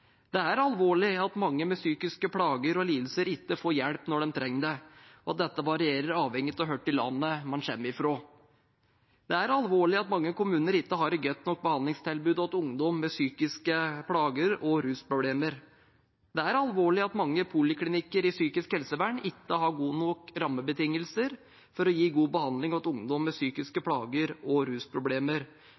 Det er alvorlig at mange med psykiske plager og lidelser ikke får hjelp når de trenger det, og at dette varierer avhengig av hvor i landet man kommer fra. Det er alvorlig at mange kommuner ikke har et godt nok behandlingstilbud til ungdom med psykiske plager og rusproblemer. Det er alvorlig at mange poliklinikker innen psykisk helsevern ikke har gode nok rammebetingelser for å gi god behandling til ungdom med psykiske plager og rusproblemer,